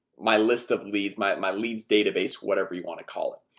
my list of leads my leads database whatever you want to call it,